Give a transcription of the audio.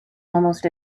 almost